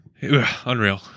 Unreal